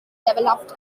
developed